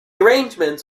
arrangements